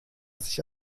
sich